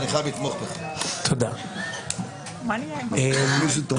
אני מרוקאית.